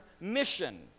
mission